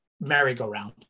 merry-go-round